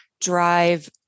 drive